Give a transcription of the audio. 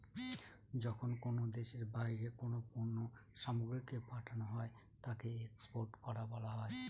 যখন কোনো দেশের বাইরে কোনো পণ্য সামগ্রীকে পাঠানো হয় তাকে এক্সপোর্ট করা বলা হয়